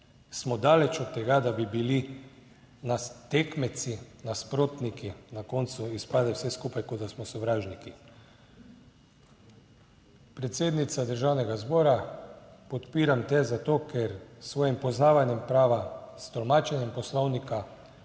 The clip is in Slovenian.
smo daleč od tega, da bi bili na tekmeci nasprotniki. Na koncu izpade vse skupaj, kot da smo sovražniki. Predsednica Državnega zbora, podpiram te zato, ker s svojim poznavanjem prava, s tolmačenjem poslovnika,